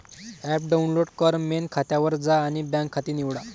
app download कर, main खात्यावर जा आणि बँक खाते निवडा